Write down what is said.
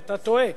אתה טועה.